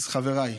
אז חבריי,